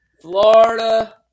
Florida